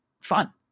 fun